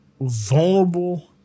vulnerable